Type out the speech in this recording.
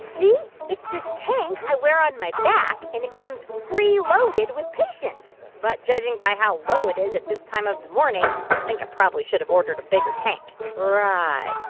see? it's this tank i wear on my back. and it comes preloaded with patience. but judging by how low it is at this time of the morning, i think i probably should've ordered a bigger tank right.